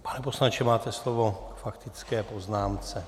Pane poslanče, máte slovo k faktické poznámce.